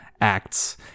acts